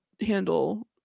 handle